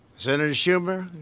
senator schumer,